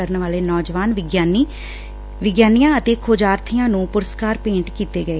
ਕਰਨ ਵਾਲੇ ਨੌਜਵਾਨ ਵਿਗਿਆਨੀਆਂ ਅਤੇ ਖੋਜਾਰਥੀਆਂ ਨੂੰ ਪੁਰਸਕਾਰ ਭੇਂਟ ਕੀਤੇ ਗਏ